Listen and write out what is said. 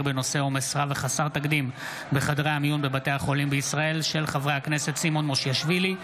בהצעתם של חברי הכנסת סימון מושיאשוילי,